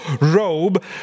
robe